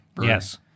Yes